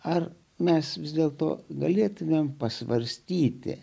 ar mes vis dėlto galėtumėme pasvarstyti